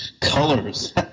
Colors